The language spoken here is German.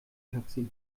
taxi